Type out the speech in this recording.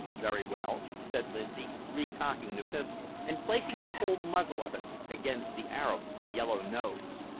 very well, said lindsay, recocking the pistol, and placing the cold muzzle of it against the arab's yellow nose.